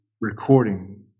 recording